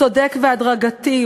צודק והדרגתי.